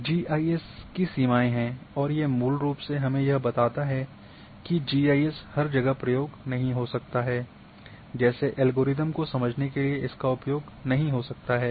GIS की सीमाएं हैं और ये मूल रूप से हमें यह बताता है कि जीआईएस हर जगह प्रयोग नहीं हो सकता है जैसे एल्गोरिदम को समझने के लिए इसका उपयोग नहीं हो सकता है